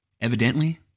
Evidently